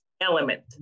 element